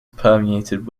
permeated